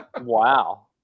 Wow